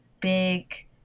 big